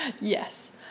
Yes